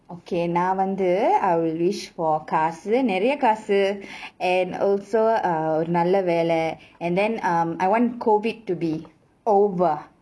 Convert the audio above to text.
okay நா வந்து:naa vanthu I will wish for காசு நெறய காசு:kaasu neraya kaasu and also err ஒரு நல்ல வேல:oru nalla vela and then um I want COVID to be over